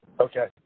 Okay